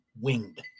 winged